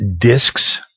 discs